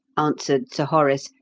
answered sir horace,